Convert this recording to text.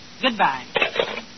Goodbye